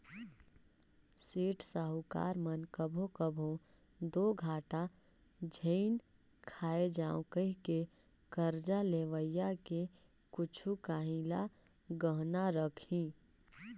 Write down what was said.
सेठ, साहूकार मन कभों कभों दो घाटा झेइन खाए जांव कहिके करजा लेवइया के कुछु काहीं ल गहना रखहीं